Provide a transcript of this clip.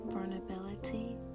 vulnerability